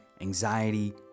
anxiety